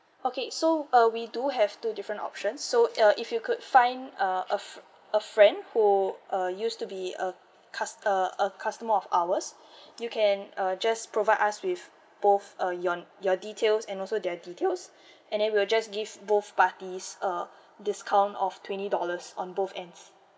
okay so uh we do have two different options so uh if you could find a a fr~ a friend who uh used to be a cust~ uh a customer of ours you can uh just provide us with both uh your your details and also their details and then we'll just give both parties uh discount of twenty dollars on both ends